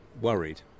worried